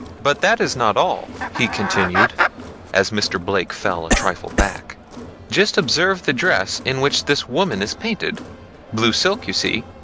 but that is not all, he continued as mr. blake fell a trifle aback just observe the dress in which this woman is painted blue silk you see,